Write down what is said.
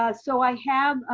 ah so i have,